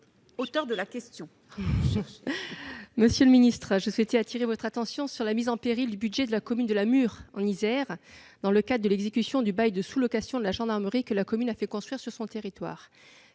ministre de l'intérieur. Monsieur le secrétaire d'État, je souhaite attirer votre attention sur la mise en péril du budget de la commune de La Mure, en Isère, dans le cadre de l'exécution du bail de sous-location de la gendarmerie, que la commune a fait construire sur son territoire.